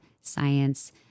science